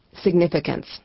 Significance